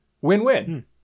win-win